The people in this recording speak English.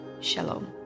Shalom